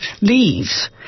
leaves